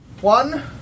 One